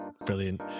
Brilliant